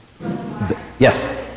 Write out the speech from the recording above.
Yes